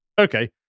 Okay